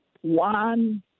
one